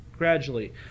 gradually